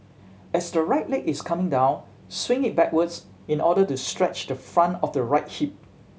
as the right leg is coming down swing it backwards in order to stretch the front of the right hip